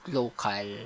local